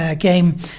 game